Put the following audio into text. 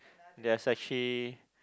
there's actually